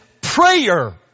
prayer